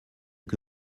que